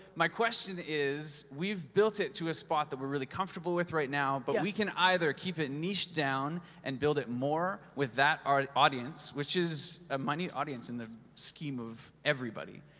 my question is, we've built it to a spot that we're really comfortable with right now, but we can either keep it niched down and build it more, with that, our audience, which is a money audience in the scheme of everybody.